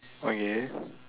okay